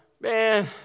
Man